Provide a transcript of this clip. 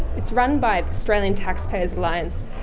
it's run by the australian taxpayers alliance.